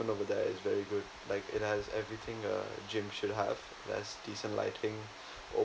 in terms of there it's very good like it has everything a gym should have has decent lighting